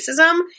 racism